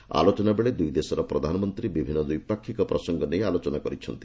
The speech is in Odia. ଏହି ଆଲୋଚନାବେଳେ ଦୂଇଦେଶର ପ୍ରଧାନମନ୍ତ୍ରୀ ବିଭିନ୍ନ ଦ୍ୱିପାକ୍ଷିକ ପ୍ରସଙ୍ଗ ନେଇ ଆଲୋଚନା କରିଛନ୍ତି